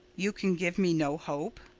you can give me no hope?